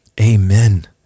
amen